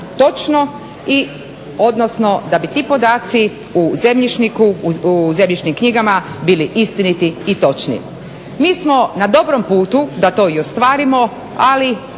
točno i, odnosno da bi ti podaci u zemljišniku, u zemljišnim knjigama bili istiniti i točni. Mi smo na dobrom putu da to i ostvarimo ali